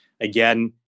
again